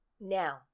Now